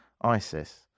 ISIS